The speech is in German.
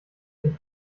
sich